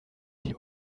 die